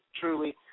truly